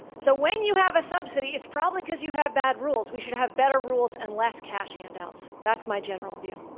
so when you have a subsidy it's probably because you have bad rules. we should have better rules and less cash handouts. that's my general view.